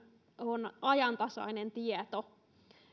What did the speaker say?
on ajantasainen tieto